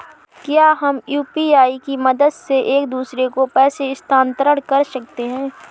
क्या हम यू.पी.आई की मदद से एक दूसरे को पैसे स्थानांतरण कर सकते हैं?